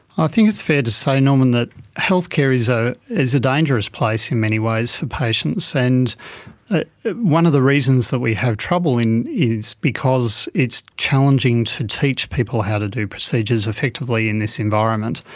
i think it's fair to say, norman, that health care is ah is a dangerous place in many ways for patients, and one of the reasons that we have trouble is because it's challenging to teach people how to do procedures effectively in this environment.